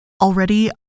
Already